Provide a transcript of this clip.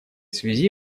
связи